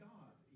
God